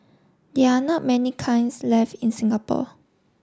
there are not many kinds left in Singapore